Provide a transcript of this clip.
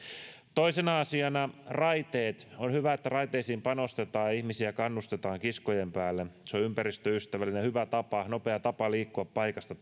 toisena asiana raiteet on hyvä että raiteisiin panostetaan ja ihmisiä kannustetaan kiskojen päälle se on ympäristöystävällinen ja hyvä tapa nopea tapa liikkua paikasta